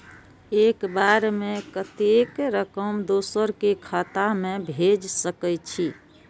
एक बार में कतेक रकम दोसर के खाता में भेज सकेछी?